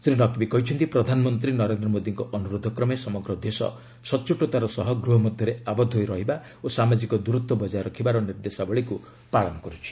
ଶ୍ରୀ ନକ୍ବୀ କହିଛନ୍ତି ପ୍ରଧାନମନ୍ତ୍ରୀ ନରେନ୍ଦ୍ର ମୋଦୀଙ୍କ ଅନୁରୋଧ କ୍ରମେ ସମଗ୍ର ଦେଶ ସଚ୍ଚୋଟତାର ସହ ଗୃହ ମଧ୍ୟରେ ଆବଦ୍ଧ ହୋଇ ରହିବା ଓ ସାମାଜିକ ଦୂରତ୍ୱ ବକାୟ ରଖିବାର ନିର୍ଦ୍ଦେଶାବଳୀକ୍ ପାଳନ କର୍ରଛି